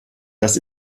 das